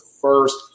first